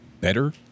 better